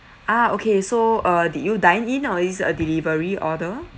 ah okay so err did you dine in or is a delivery order